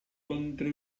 contro